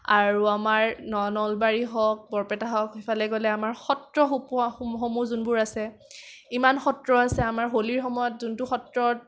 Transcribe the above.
আৰু আমাৰ নলবাৰী হওঁক বৰপেটা হওঁক সেইফালে গলে আমাৰ সত্ৰসমূহ যোনবোৰ আছে ইমান সত্ৰ আছে আমাৰ হোলিৰ সময়ত যোনটো সত্ৰত